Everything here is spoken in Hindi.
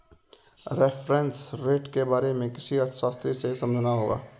रेफरेंस रेट के बारे में किसी अर्थशास्त्री से समझना होगा